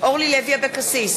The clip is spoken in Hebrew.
אורלי לוי אבקסיס,